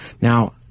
Now